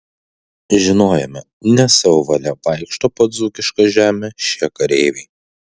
žinojome ne savo valia vaikšto po dzūkišką žemę šie kareiviai